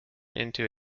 into